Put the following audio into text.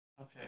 Okay